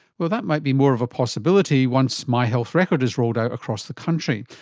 well, that might be more of a possibility once my health record is rolled out across the country.